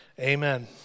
Amen